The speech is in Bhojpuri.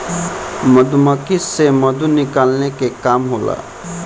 मधुमक्खी से मधु निकाले के काम होला